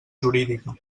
jurídica